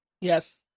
Yes